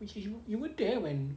which is you were there when